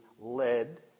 led